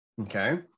okay